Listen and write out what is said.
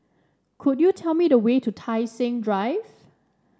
could you tell me the way to Tai Seng Drive